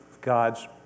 God's